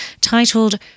titled